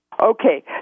Okay